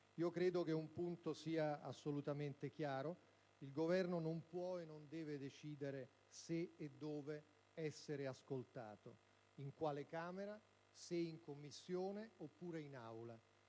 Credo che un punto sia assolutamente chiaro: il Governo non può e non deve decidere se e dove essere ascoltato, in quale Camera, se in Commissione oppure in Aula.